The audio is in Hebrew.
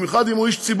במיוחד אם הוא איש ציבור,